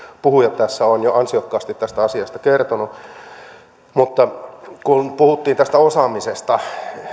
puhujat tässä ovat jo ansiokkaasti tästä asiasta kertoneet mutta kun puhuttiin tästä osaamisesta